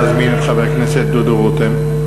אני מתכבד להזמין את חבר הכנסת דודו רותם.